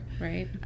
Right